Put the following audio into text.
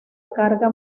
carga